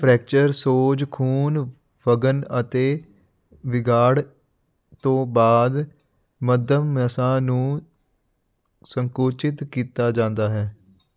fracture ਸੋਜ ਖੂਨ ਵਗਣ ਅਤੇ ਵਿਗਾੜ ਤੋਂ ਬਾਅਦ ਮੱਧਮ ਨਸਾਂ ਨੂੰ ਸੰਕੁਚਿਤ ਕੀਤਾ ਜਾਂਦਾ ਹੈ